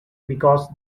because